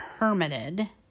hermited